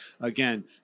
again